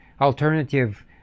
alternative